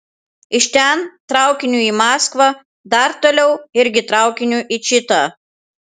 iš ten traukiniu į maskvą dar toliau irgi traukiniu į čitą